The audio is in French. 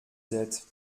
sept